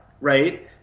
right